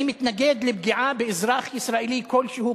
אני מתנגד לפגיעה באזרח ישראלי כלשהו,